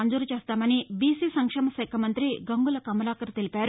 మంజూరు చేస్తామని బీసి సంక్షేమ శాఖ మంతి గంగుల కమలాకర్ తెలిపారు